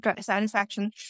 satisfaction